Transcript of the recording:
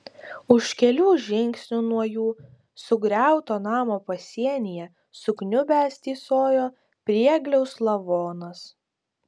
už kelių žingsnių nuo jų sugriauto namo pasienyje sukniubęs tysojo priegliaus lavonas